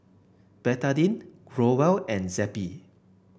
Betadine Growell and Zappy